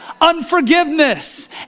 unforgiveness